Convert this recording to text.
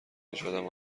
نژادم